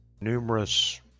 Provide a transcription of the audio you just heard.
numerous